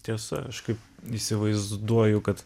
tiesa aš kaip įsivaizduoju kad